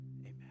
amen